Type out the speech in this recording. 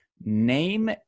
Name